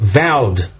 vowed